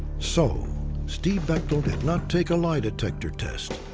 so steve bechtel did not take a lie detector test.